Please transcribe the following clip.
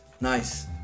Nice